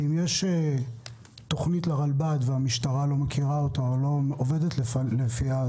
אם יש תוכנית לרלב"ד והמשטרה לא מכירה אותה או לא עובדת לפיה,